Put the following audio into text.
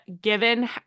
given